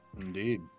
Indeed